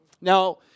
Now